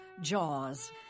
Jaws